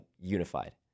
unified